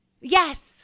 Yes